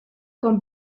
con